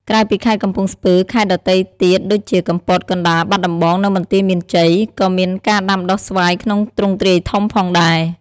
ក្រៅពីខេត្តកំពង់ស្ពឺ ខេត្តដទៃទៀតដូចជា កំពត កណ្ដាល បាត់ដំបង និងបន្ទាយមានជ័យ ក៏មានការដាំដុះស្វាយក្នុងទ្រង់ទ្រាយធំផងដែរ។